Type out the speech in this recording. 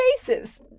faces